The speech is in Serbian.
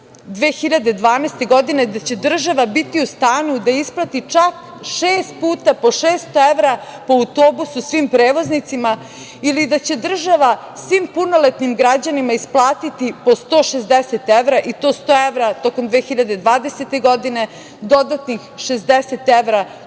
2012. godine da će država biti u stanju, da isplati čak šest puta po 600 evra po autobusu svim prevoznicima, ili da će država svim punoletnim građanima isplatiti po 160 evra, i to 100 evra tokom 2020. godine, dodatnih 60 evra